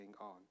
on